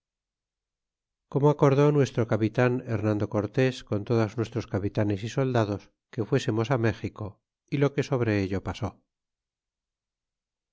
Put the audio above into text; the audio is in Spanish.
como acordó nuestro capitan hernando cortes con todos nuestros capitanes y soldados que fuésemos méxico y lo que sobre ello pasó